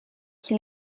qui